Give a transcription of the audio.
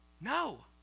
No